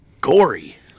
gory